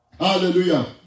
Hallelujah